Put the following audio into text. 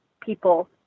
people